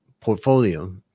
portfolio